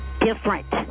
different